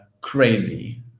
crazy